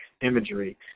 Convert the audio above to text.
imagery